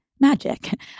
magic